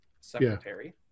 secretary